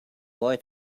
boy